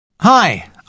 hi